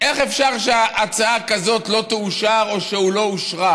איך אפשר שהצעה כזאת לא תאושר, או שלא אושרה,